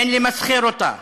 אין למסחר אותה.